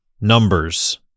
numbers